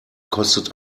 kostet